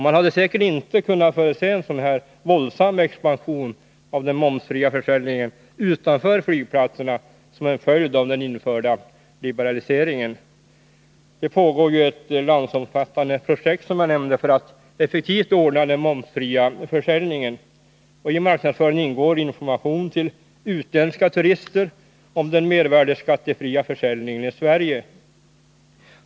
Man hade säkerligen inte kunnat förutse en så våldsam expansion av den momsfria försäljningen utanför flygplatserna som en följd av den införda liberaliseringen. Det pågår, som jag nämnde, ett landsomfattande projekt för att på ett effektivt sätt informera om den momsfria försäljningen. I marknadsföringen ingår information till utländska turister om den mervärdeskattefria försäljningen i Sverige.